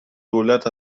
دولت